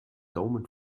daumen